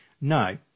No